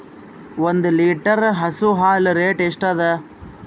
ಒಂದ್ ಲೀಟರ್ ಹಸು ಹಾಲ್ ರೇಟ್ ಎಷ್ಟ ಅದ?